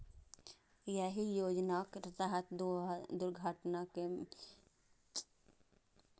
एहि योजनाक तहत दुर्घटना मे मृत्यु आ अपंगताक स्थिति मे दू लाख रुपैया के धनराशि भेटै छै